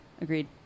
agreed